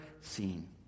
seen